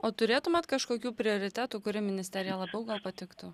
o turėtumėt kažkokių prioritetų kuri ministerija labiau patiktų